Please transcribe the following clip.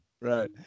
Right